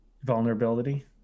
vulnerability